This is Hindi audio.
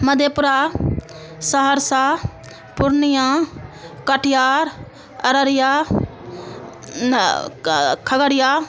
मधेपुरा सहरसा पुरनिया कटियार अररिया का खगड़िया